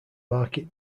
market